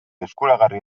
eskuragarri